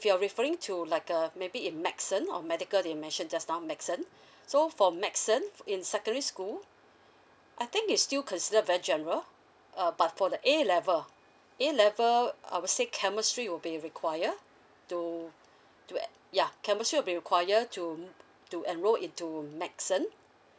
you are referring to like uh maybe in medicine or medical that you mention just now medicine so for medicine in secondary school I think is still consider very general uh but for the A level A level I'll say chemistry will be require to to eh yeah chemistry will be require to mm to enroll into medicine